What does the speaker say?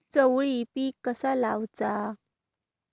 चवळी पीक कसा लावचा?